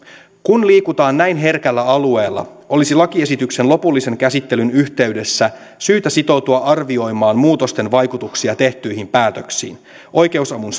kun liikutaan näin herkällä alueella olisi lakiesityksen lopullisen käsittelyn yhteydessä syytä sitoutua arvioimaan muutosten vaikutuksia tehtyihin päätöksiin oikeusavun